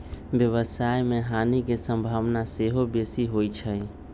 व्यवसाय में हानि के संभावना सेहो बेशी होइ छइ